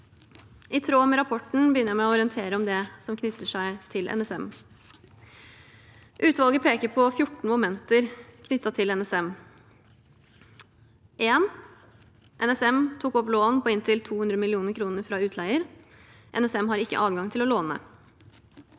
I tråd med rapporten begynner jeg med å orientere om det som knytter seg til NSM. Utvalget peker på 14 momenter knyttet til NSM: 1. NSM tok opp lån på inntil 200 mill. kr fra utleier. NSM har ikke adgang til å låne.